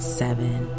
seven